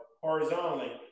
horizontally